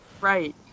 Right